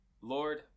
Lord